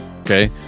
Okay